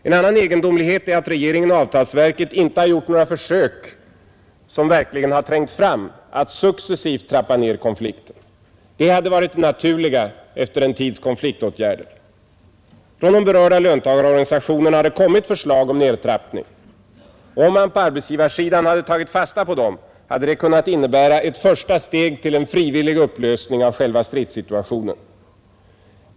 En annan egendomlighet är att regeringen och avtalsverket inte har gjort några försök, som verkligen har trängt fram, att successivt trappa ned konflikten. Det hade varit det naiurliga efter en tids konfliktåtgärder. Från de berörda löntagarorganisationerna har det kommit förslag om nedtrappning. Om man på arbetsgivarsidan tagit fasta på dem, hade det kunnat innebära ett första steg till en frivillig upplösning av själva stridssituationen.